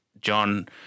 John